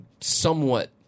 somewhat